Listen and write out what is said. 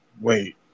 Wait